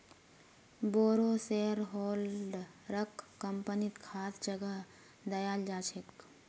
बोरो शेयरहोल्डरक कम्पनीत खास जगह दयाल जा छेक